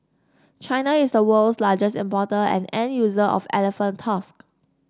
China is the world's largest importer and end user of elephant tusks